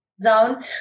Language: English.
Zone